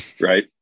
Right